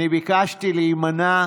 אני ביקשתי להימנע,